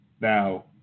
now